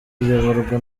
iyoborwa